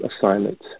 assignments